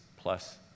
plus